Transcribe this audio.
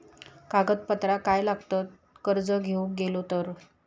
कागदपत्रा काय लागतत कर्ज घेऊक गेलो तर?